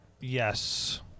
yes